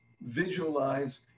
visualize